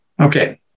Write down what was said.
Okay